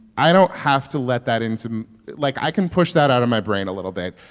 i don't have to let that into like, i can push that out of my brain a little bit.